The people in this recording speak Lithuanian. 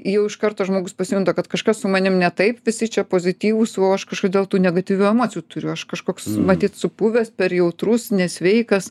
jau iš karto žmogus pasijunta kad kažkas su manim ne taip visi čia pozityvūs o aš kažkodėl tų negatyvių emocijų turiu aš kažkoks matyt supuvęs per jautrus nesveikas